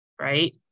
right